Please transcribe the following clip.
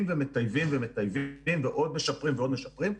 ומטייבים ומטייבים ועוד משפרים ועוד משפרים.